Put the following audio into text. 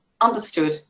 understood